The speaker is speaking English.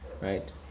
Right